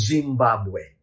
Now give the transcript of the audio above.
Zimbabwe